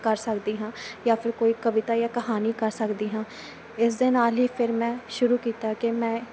ਕਰ ਸਕਦੀ ਹਾਂ ਜਾਂ ਫਿਰ ਕੋਈ ਕਵਿਤਾ ਜਾਂ ਕਹਾਣੀ ਕਰ ਸਕਦੀ ਹਾਂ ਇਸ ਦੇ ਨਾਲ ਹੀ ਫਿਰ ਮੈਂ ਸ਼ੁਰੂ ਕੀਤਾ ਕਿ ਮੈਂ